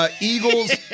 Eagles